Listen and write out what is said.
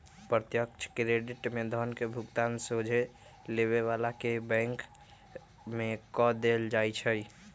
प्रत्यक्ष क्रेडिट में धन के भुगतान सोझे लेबे बला के बैंक में कऽ देल जाइ छइ